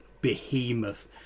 behemoth